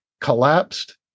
collapsed